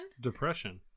depression